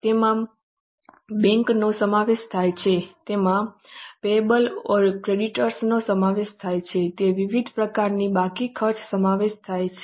તેમાં bank overdraft નો સમાવેશ થાય છે તેમાં પેયેબલ્સ અથવા ક્રેડિટર્સ નો સમાવેશ થાય છે તેમાં વિવિધ પ્રકારના બાકી ખર્ચનો સમાવેશ થાય છે